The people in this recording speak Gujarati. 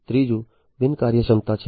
ત્રીજું બિનકાર્યક્ષમતા છે